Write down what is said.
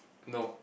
no